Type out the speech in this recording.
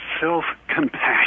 self-compassion